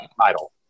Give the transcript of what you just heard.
title